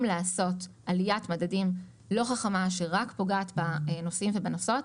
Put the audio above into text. לעשות עליית מדדים לא חכמה שרק פוגעת בנוסעים ובנוסעות,